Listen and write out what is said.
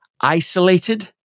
isolated